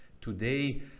today